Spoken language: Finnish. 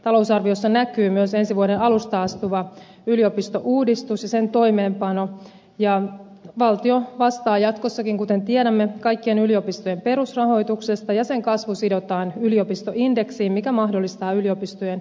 talousarviossa näkyy myös ensi vuoden alusta astuva yliopistouudistus ja sen toimeenpano ja valtio vastaa jatkossakin kuten tiedämme kaikkien yliopistojen perusrahoituksesta ja sen kasvu sidotaan yliopistoindeksiin mikä mahdollistaa yliopistojen uudistamisen